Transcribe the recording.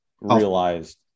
realized